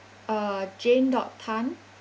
uh jane dot tan